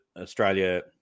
Australia